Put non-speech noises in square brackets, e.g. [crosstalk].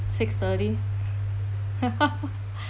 six thirty [laughs]